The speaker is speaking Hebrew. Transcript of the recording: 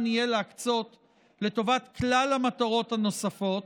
יהיה להקצות לטובת כלל המטרות הנוספות,